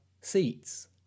seats